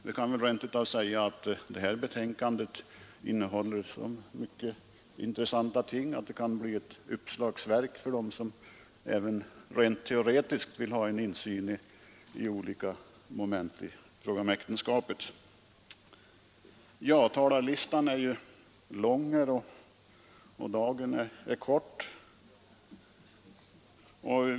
Det kan väl rent av sägas att detta betänkande innehåller så intressanta ting att det kan bli som ett uppslagsverk för dem som vill studera äktenskapslagstift Talarlistan är lång här och dagen är kort.